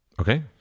Okay